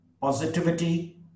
positivity